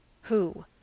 Who